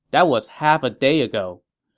that was half a day ago.